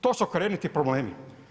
To su korjeniti problemi.